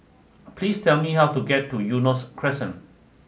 please tell me how to get to Eunos Crescent